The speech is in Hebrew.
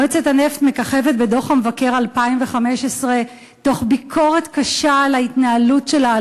מועצת הנפט מככבת בדוח המבקר מ-2015 עם ביקורת קשה על ההתנהלות שלה,